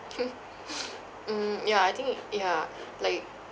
mm ya I think ya like